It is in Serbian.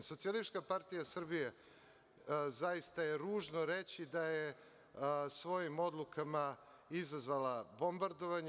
Socijalistička partija Srbije zaista je ružno reći da je svojim odlukama izazvala bombardovanje.